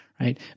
right